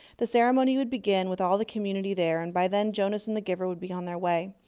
the ceremony would begin, with all the community there, and by then jonas and the giver would be on their way.